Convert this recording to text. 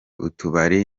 utubari